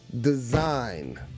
design